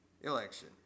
election